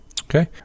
Okay